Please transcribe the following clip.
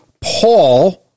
Paul